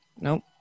Nope